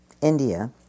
India